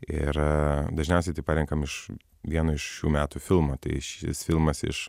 ir dažniausiai tai parenkam iš vieno iš šių metų filmo tai šis filmas iš